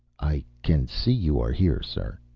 i can see you are here, sir.